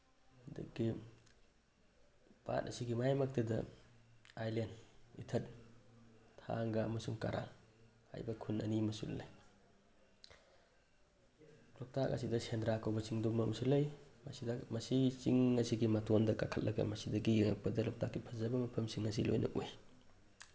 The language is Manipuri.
ꯑꯗꯒꯤ ꯄꯥꯠ ꯑꯁꯤꯒꯤ ꯃꯌꯥꯏꯃꯛꯇꯗ ꯑꯥꯏꯂꯦꯟ ꯏꯊꯠ ꯊꯥꯡꯒ ꯑꯃꯁꯨꯡ ꯀꯔꯥꯡ ꯍꯥꯏꯕ ꯈꯨꯟ ꯑꯅꯤ ꯑꯃꯁꯨ ꯂꯩ ꯂꯣꯛꯇꯥꯛ ꯑꯁꯤꯗ ꯁꯦꯟꯗ꯭ꯔꯥ ꯀꯧꯕ ꯆꯤꯡꯗꯨꯝ ꯑꯃꯁꯨ ꯂꯩ ꯃꯁꯤꯗ ꯃꯁꯤꯒꯤ ꯆꯤꯡ ꯑꯁꯤꯒꯤ ꯃꯇꯣꯟꯗ ꯀꯥꯈꯠꯂꯒ ꯃꯁꯤꯗꯒꯤ ꯌꯦꯡꯉꯛꯄꯗ ꯂꯣꯛꯇꯥꯛꯀꯤ ꯐꯖꯕ ꯃꯐꯝꯁꯤꯡ ꯑꯁꯤ ꯂꯣꯏꯅ ꯎꯏ